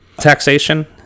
taxation